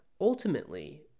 ultimately